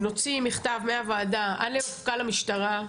נוציא מכתב מהוועדה למפכ"ל המשטרה,